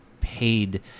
paid